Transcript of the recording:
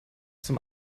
zum